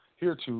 hereto